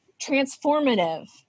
transformative